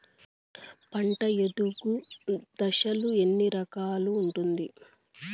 పంట ఎదుగు దశలు ఎన్ని రకాలుగా ఉంటుంది?